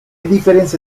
differenze